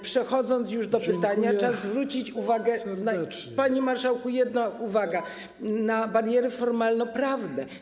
Przechodząc do pytania, czas zwrócić uwagę - panie marszałku, jedna uwaga - na bariery formalno-prawne.